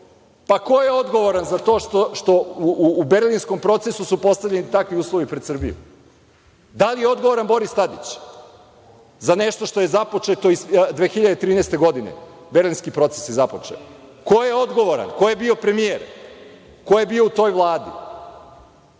Ko je odgovoran za to što u Berlinskom procesu su postavljeni takvi uslovi pred Srbiju? Da li je odgovoran Boris Tadić za nešto što je započeto 2013. godine, Berlinski proces je započeo? Ko je odgovoran? Ko je bio premijer? Ko je bio u toj